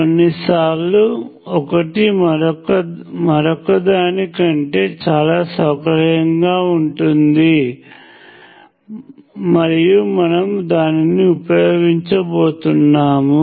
కొన్నిసార్లు ఒకటి మరొకదాని కంటే చాలా సౌకర్యవంతంగా ఉంటుంది మరియు మనము దానిని ఉపయోగించబోతున్నాము